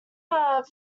are